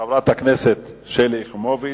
חברת הכנסת שלי יחימוביץ.